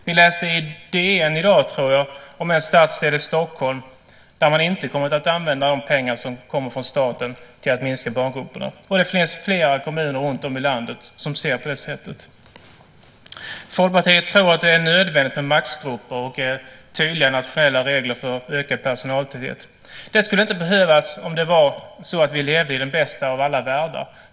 Vi läste i DN, i dag tror jag, om en stadsdel i Stockholm där man inte använt de pengar som kommit från staten till att minska barngrupperna. Det finns flera kommuner runtom i landet som ser det på det sättet. Folkpartiet tror att det är nödvändigt med maxgrupper och tydliga nationella regler för ökad personaltäthet. Det skulle inte behövas om vi levde i den bästa av världar.